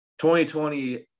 2020